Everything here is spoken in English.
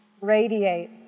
radiate